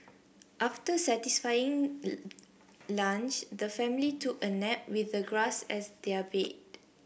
after their satisfying lunch the family took a nap with the grass as their bed